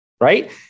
right